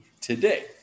today